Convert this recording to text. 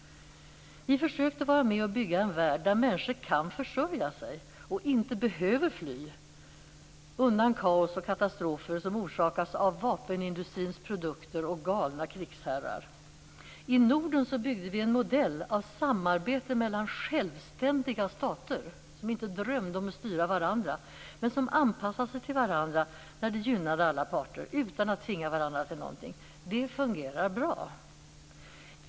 Vi försökte vara med och bygga en värld där människor kan försörja sig och inte behöver fly undan kaos och katastrofer som orsakas av vapenindustrins produkter och galna krigsherrar. I Norden byggde vi en modell av samarbete mellan självständiga stater som inte drömde om att styra varandra, men som anpassade sig till varandra när det gynnade alla parter utan att tvinga varandra till någonting. Det fungerar bra.